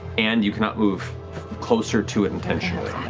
and, you cannot move closer to it intentionally.